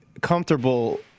comfortable –